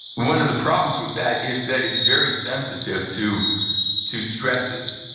one of the problems with that is that it's very sensitive to to stresses,